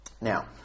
Now